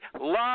love